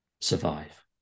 Survive